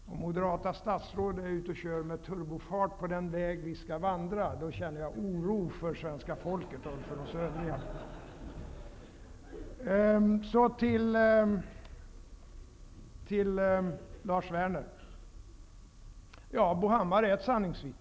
När den moderata statsråd kör med turbofart på den väg vi skall vandra känner jag oro för svenska folket och för oss övriga. Så till Lars Werner. Ja, Bo Hammar är ett sanningsvittne.